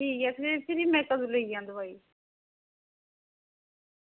ठीक ऐ फिर में कदूं लेई जां दोआई